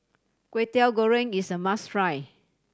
Kwetiau Goreng is a must try